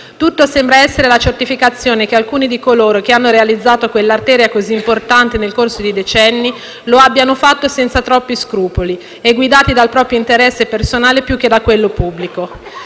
Tutto sembra essere la certificazione che alcuni di coloro che hanno realizzato quell'arteria così importante nel corso di decenni lo abbiano fatto senza troppi scrupoli e guidati dal proprio interesse personale più che da quello pubblico.